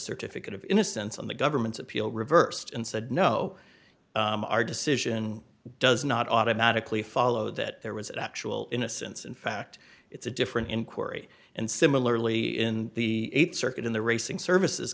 certificate of innocence on the government's appeal reversed and said no our decision does not automatically follow that there was actual innocence in fact it's a different inquiry and similarly in the th circuit in the racing services